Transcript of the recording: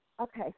Okay